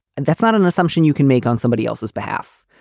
and that's not an assumption you can make on somebody else's behalf.